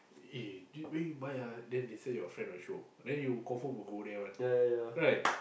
eh dude where you buy eh then this one your friend will show then you confirm will go there [one] right